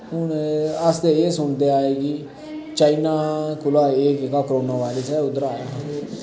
हू'न अस ते एह् सुनदे आये की चाइना कोला एह् जेह्का कोरोना वायरस ऐ उद्दर आया हा ते